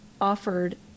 offered